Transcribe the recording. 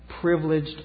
privileged